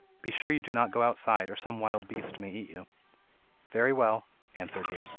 be sure you do not go outside, or some wild beast may eat you very well answered he.